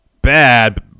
Bad